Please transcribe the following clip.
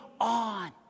on